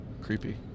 creepy